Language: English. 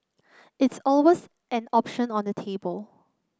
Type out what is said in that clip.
it's always an option on the table